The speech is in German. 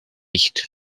nicht